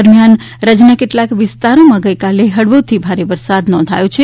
દરમ્યાન રાજ્યના કેટ્લાક વિસ્તારોમાં ગઈકાલે હળવોથી ભારે વરસાદ નોંધાયો છે